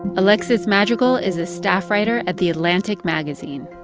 alexis madrigal is a staff writer at the atlantic magazine